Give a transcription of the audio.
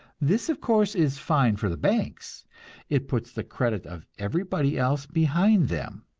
this, of course, is fine for the banks it puts the credit of everybody else behind them,